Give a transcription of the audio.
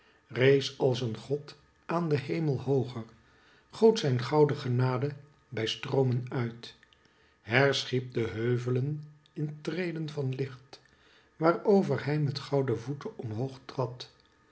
rees als een god aan den heme hooger goot zijn gouden genade bij stroomen uit herschiep de heuvelen in treden van licht waarover hij met gouden voeten omhoog